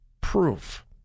proof